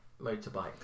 motorbike